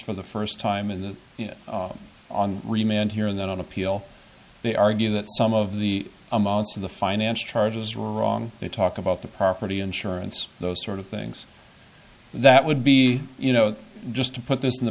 for the first time in the on remand here and then on appeal they argue that some of the amounts of the financial charges wrong they talk about the property insurance those sort of things that would be you know just to put this in the